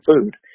food